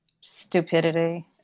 Stupidity